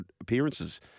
appearances